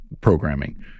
programming